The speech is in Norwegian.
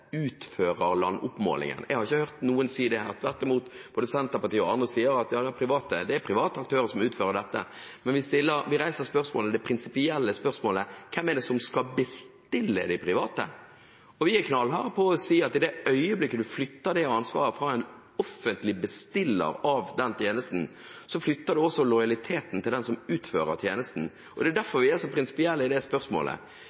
utfører landoppmålingen. Jeg har ikke hørt noen si det, tvert imot. Både Senterpartiet og andre sier at det er private aktører som utfører dette, men vi reiser dette prinsipielle spørsmålet: Hvem er det som skal bestille de private? Vi er knallharde på å si at i det øyeblikket man flytter det ansvaret fra en offentlig bestiller av den tjenesten, flytter man også lojaliteten til den som utfører tjenesten. Det er